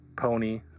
Pony